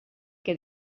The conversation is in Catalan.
que